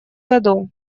году